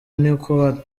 niko